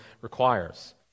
requires